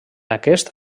aquest